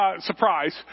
Surprise